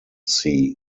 sea